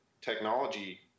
technology